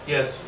Yes